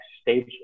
stage